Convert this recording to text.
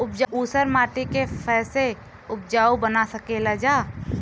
ऊसर माटी के फैसे उपजाऊ बना सकेला जा?